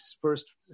first